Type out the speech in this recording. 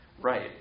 right